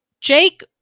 Jake